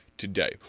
today